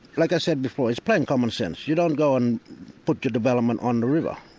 like i said before, it's plain commonsense. you don't go and put your development on the river,